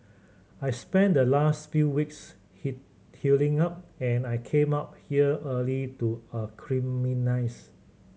I spent the last few weeks hit healing up and I came out here early to acclimatise